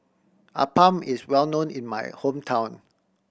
appam is well known in my hometown